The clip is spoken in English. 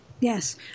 Yes